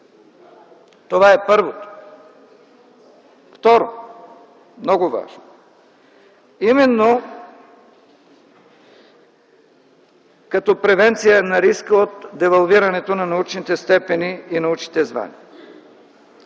Това е първото. Второ, много важно именно като превенция на риска от девалвирането на научните степени и научните звания.